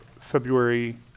February